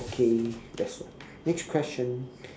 okay that's it next question